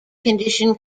condition